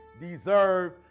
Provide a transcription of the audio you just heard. deserve